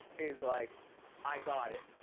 is like i got it.